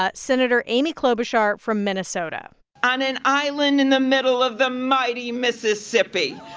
ah senator amy klobuchar from minnesota on an island in the middle of the mighty mississippi.